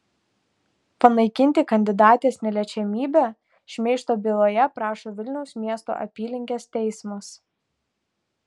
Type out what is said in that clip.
panaikinti kandidatės neliečiamybę šmeižto byloje prašo vilniaus miesto apylinkės teismas